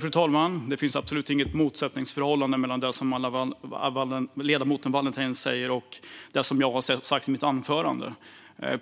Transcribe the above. Fru talman! Det finns absolut inget motsatsförhållande mellan det som ledamoten Wallentheim säger och det som jag sa i mitt anförande.